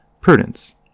Prudence